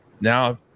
Now